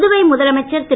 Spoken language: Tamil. புதுவை முதலமைச்சர் திரு